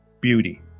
beauty